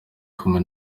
kumwe